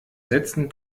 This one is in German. sätzen